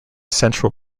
central